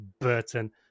Burton